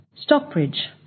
Stockbridge